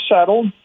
settled